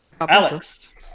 Alex